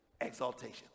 exaltation